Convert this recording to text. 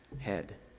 head